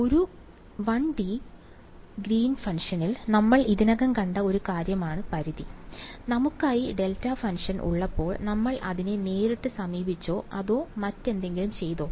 1 D Green's ഫങ്ഷനിൽ നമ്മൾ ഇതിനകം കണ്ട ഒരു കാര്യമാണ് പരിധി നമുക്കായി ഡെൽറ്റ ഫംഗ്ഷൻ ഉള്ളപ്പോൾ നമ്മൾ അതിനെ നേരിട്ട് സമീപിച്ചോ അതോ മറ്റെന്തെങ്കിലും ചെയ്തോ